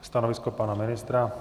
Stanovisko pana ministra?